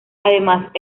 además